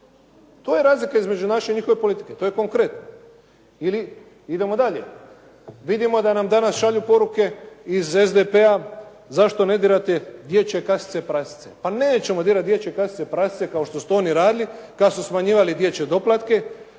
To je razlika između naše i njihove politike. To je konkretno. Ili idemo dalje, vidimo da nam danas šalju poruke iz SDP-a zašto ne dirate dječje kasice prasice? Pa nećemo dirati dječje kasice prasice kao što su to oni radili, kao što su smanjivali dječje doplatke,